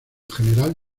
general